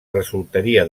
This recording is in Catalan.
resultaria